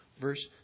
verse